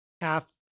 half